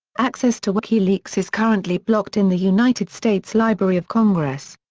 access to wikileaks is currently blocked in the united states library of congress.